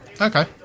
okay